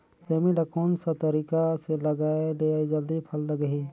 सेमी ला कोन सा तरीका से लगाय ले जल्दी फल लगही?